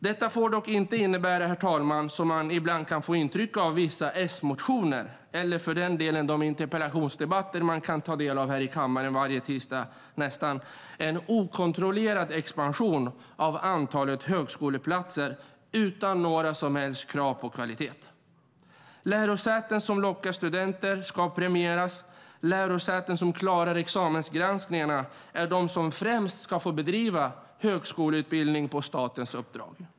Detta får dock inte innebära - som man ibland kan få intryck av i vissa S-motioner eller för den delen i de interpellationsdebatter man kan ta del av här i kammaren nästan varje tisdag - en okontrollerad expansion av antalet högskoleplatser utan några som helst krav på kvalitet. Lärosäten som lockar studenter ska premieras. Lärosäten som klarar examensgranskningarna är de som främst ska få bedriva högskoleutbildning på statens uppdrag.